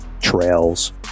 trails